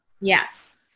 Yes